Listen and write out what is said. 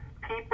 people